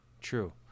True